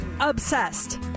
obsessed